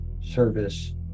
service